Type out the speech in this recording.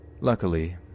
Luckily